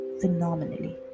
phenomenally